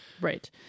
Right